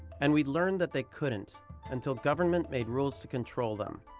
and we'd learned that they couldn't until government made rules to control them.